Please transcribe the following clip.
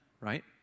right